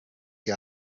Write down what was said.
que